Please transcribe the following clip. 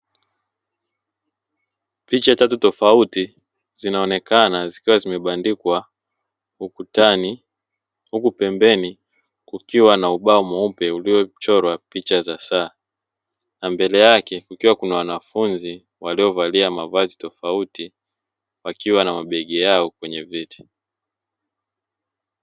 Picha tatu tofauti zinaonekana zikiwa zimebandikwa ukutani, huku pembeni kukiwa na ubao mweupe uliochorwa picha za saa, na mbele yake kukiwa kuna wanafunzi waliovalia mavazi tofauti wakiwa na mabegi yao kwenye viti.